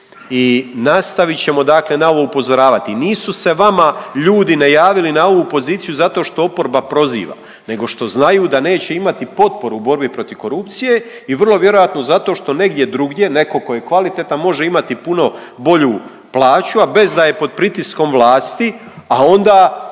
i nastavit ćemo dakle na ovo upozoravati. Nisu se vama ljudi najavili na ovu poziciju zato što oporba proziva, nego što znaju da neće imati potporu u borbi protiv korupcije i vrlo vjerojatno zato što negdje drugdje netko tko je kvalitetan može imati puno bolju plaću, a bez da je pod pritiskom vlasti, a onda